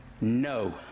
no